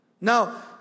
Now